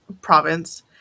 province